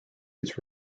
its